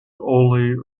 only